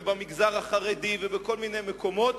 ובמגזר החרדי ובכל מיני מקומות.